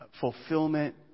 fulfillment